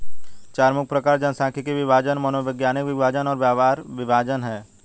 चार मुख्य प्रकार जनसांख्यिकीय विभाजन, मनोवैज्ञानिक विभाजन और व्यवहार विभाजन हैं